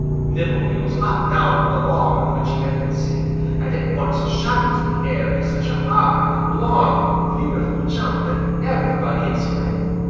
nimbleheels hopped down from the log on which he had been sitting and at once shot into the air in such a high, long, beautiful jump that everybody exclaimed.